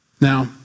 Now